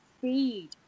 feed